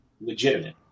legitimate